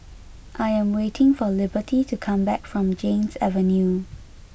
I am waiting for Liberty to come back from Ganges Avenue